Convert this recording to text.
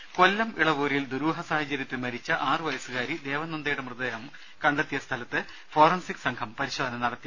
രദേശ കൊല്ലം ഇളവൂരിൽ ദുരൂഹ സാഹചര്യത്തിൽ മരിച്ച ആറ് വയസ്സുകാരി ദേവനന്ദയുടെ മൃതദേഹം കണ്ടെത്തിയ സ്ഥലത്ത് ഫോറൻസിക് സംഘം പരിശോധന നടത്തി